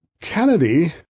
Kennedy